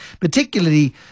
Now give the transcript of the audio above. particularly